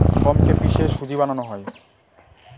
গমকে কে পিষে সুজি বানানো হয়